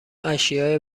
اشیاء